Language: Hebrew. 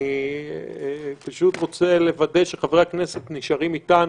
אני פשוט רוצה לוודא שחברי הכנסת נשארים איתנו,